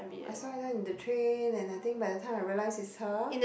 I saw her in the train and I think by the time I realize it's her